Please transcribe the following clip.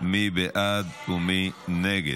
מי בעד ומי נגד?